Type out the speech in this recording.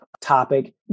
topic